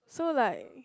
so like